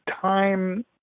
time